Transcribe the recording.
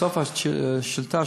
בסוף השאילתה,